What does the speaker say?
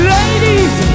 Ladies